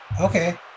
okay